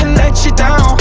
and let you down,